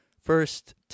first